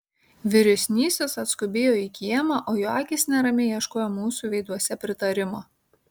vyresnysis atskubėjo į kiemą o jo akys neramiai ieškojo mūsų veiduose pritarimo